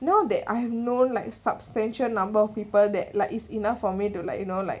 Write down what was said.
now that I have known like substantial number of people that like it's enough for me to like you know like